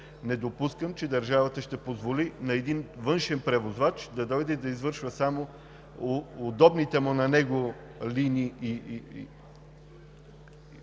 Не допускам, че държавата ще позволи на един външен превозвач да дойде да извършва само удобните му на него линии и